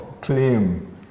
claim